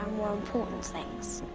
important things.